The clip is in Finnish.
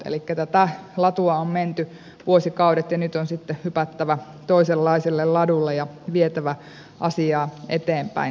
elikkä tätä latua on menty vuosikaudet ja nyt on sitten hypättävä toisenlaiselle ladulle ja vietävä asiaa eteenpäin